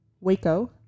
Waco